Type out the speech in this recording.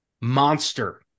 monster